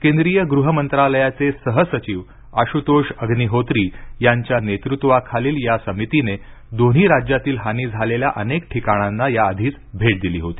केंद्रीय गृह मंत्रालयाचे सहसचिव आशुतोष अग्निहोत्री यांच्या नेतृत्वाखालील या समितीने दोन्ही राज्यातील हानी झालेल्या अनेक ठिकाणांना या आधीच भेट दिली होती